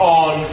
on